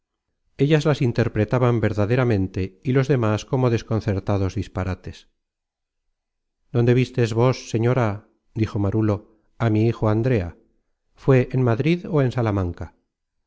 ellas las interpretaban verdaderamente y los demas como desconcertados disparates dónde vistes vos señora dijo marulo á mi hijo andrea fué en madrid ó en salamanca no